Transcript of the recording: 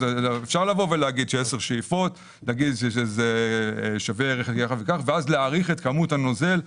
אפשר לבוא ולומר ש-10 שאיפות זה שווה לכך וכך ואז להעריך את כמות הנוזל.